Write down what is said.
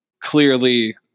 clearly